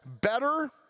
better